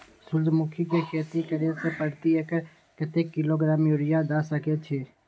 सूर्यमुखी के खेती करे से प्रति एकर कतेक किलोग्राम यूरिया द सके छी?